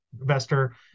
investor